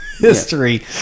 history